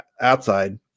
outside